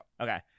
Okay